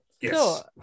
Yes